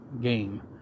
game